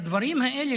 הדברים האלה,